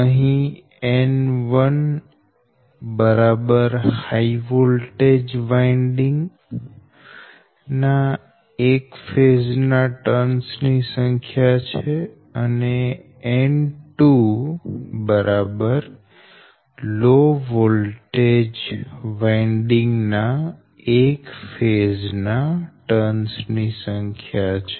અહી N1 high voltage winding ના એક ફેઝ ના ટર્ન્સ ની સંખ્યા છે અને N2 લો વોલ્ટેજ વાઈન્ડિંગ ના એક ફેઝ ના ટર્ન્સ ની સંખ્યા છે